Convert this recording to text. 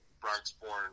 Bronx-born